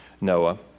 Noah